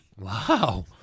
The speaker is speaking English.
Wow